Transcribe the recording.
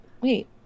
wait